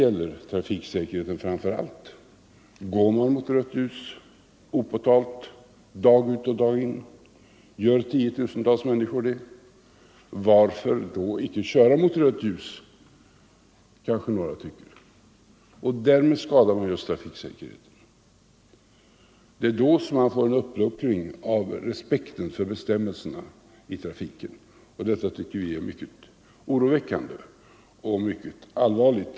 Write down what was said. Om tiotusentals människor dag ut och dag in opåtalt går mot rött ljus — varför då inte köra mot rött ljus, kanske några frågar. Därmed skadar man trafiksäkerheten. Det är då man får en uppluckring av respekten för bestämmelserna i trafiken, och detta tycker vi är mycket oroväckande och mycket allvarligt.